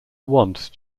once